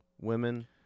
women